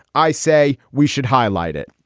i say we should highlight it.